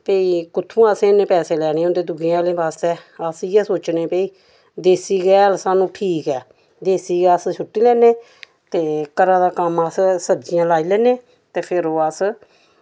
भई कुत्थूं असें इन्ने पैसे लैने होंदे दुगे हैलें बास्तै अस इयै सोचने भई देसी गै हैल सानू ठीक ऐ देसी अस सुट्टी लैन्ने ते घरा दा कम्म अस सब्जियां लाई लैन्ने ते फिर ओह् अस